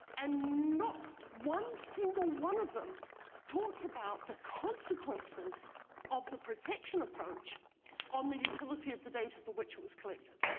and not one single one of them talked about the consequences of the protection approach on the utility of the data for which it was collected.